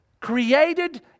created